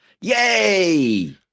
Yay